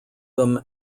them